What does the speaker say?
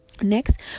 Next